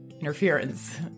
interference